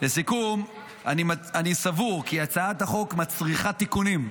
אני סבור כי הצעת החוק מצריכה תיקונים,